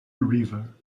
river